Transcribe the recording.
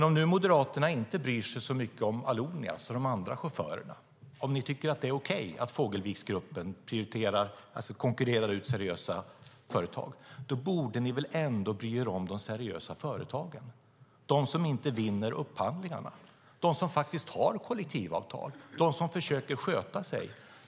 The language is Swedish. Om nu Moderaterna inte bryr sig så mycket om Allonias och de andra chaufförerna, om ni tycker att det är okej att Fågelviksgruppen konkurrerar ut seriösa företag, borde ni ändå bry er om de seriösa företagen - de som inte vinner upphandlingarna, de som faktiskt har kollektivavtal, de som försöker sköta sig.